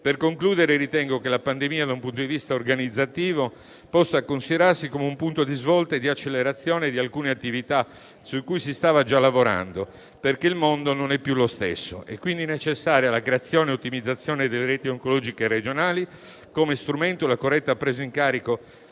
Per concludere, ritengo che la pandemia sul piano organizzativo possa considerarsi come un punto di svolta e di accelerazione di alcune attività su cui si stava già lavorando, perché il mondo non è più lo stesso. È quindi necessaria la creazione e l'ottimizzazione delle reti oncologiche regionali come strumento per la corretta presa in carico